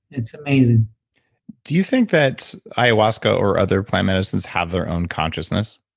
it's amazing do you think that ayahuasca or other plant medicines have their own consciousness?